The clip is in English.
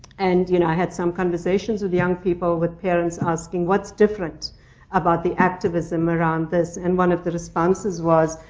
and, you know, i had some conversations with young people, with parents asking, what's different about the activism around this? and one of the responses was,